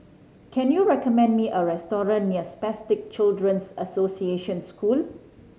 can you recommend me a restaurant near Spastic Children's Association School